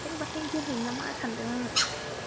ओंखायनो बाहाय दोनहैनो नामा सानदों आङो